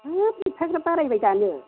हाब एफाग्राब बारायबाय दानो